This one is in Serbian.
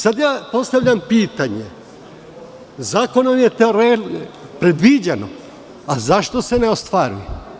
Sad postavljam pitanje – Zakonom je predviđeno, a zašto se ne ostvaruje?